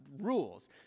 rules